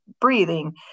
breathing